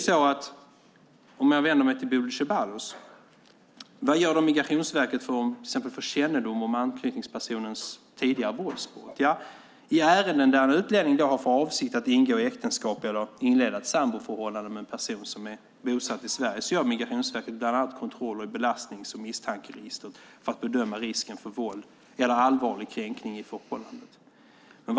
Låt mig sedan vända mig till Bodil Ceballos. Vad gör Migrationsverket för att till exempel få kännedom om anknytningspersonens tidigare våldsbrott? I ärenden där en utlänning har för avsikt att ingå äktenskap eller inleda ett samboförhållande med en person som är bosatt i Sverige gör Migrationsverket bland annat kontroller i belastnings och misstankeregistret för att bedöma risken för våld eller allvarlig kränkning i förhållandet.